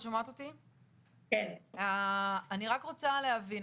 אני רק רוצה להבין,